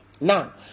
Now